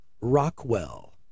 rockwell